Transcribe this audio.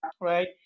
right